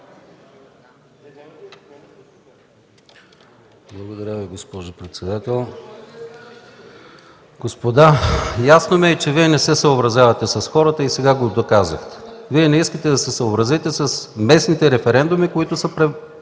Благодаря Ви, госпожо председател. Господа, ясно ми е, че Вие не се съобразявате с хората и сега го доказахте. Вие не искате да се съобразите с местните референдуми, проведени